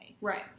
Right